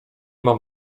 mam